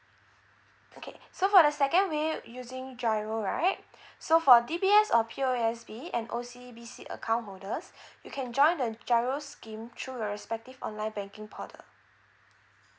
okay so for the second way using GIRO right so for D_B_S or P_O_S_B and O_C_B_C account holders you can join the GIRO scheme through your respective online banking portal